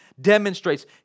demonstrates